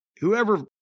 whoever